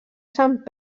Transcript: sant